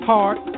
Heart